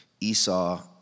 Esau